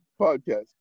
podcast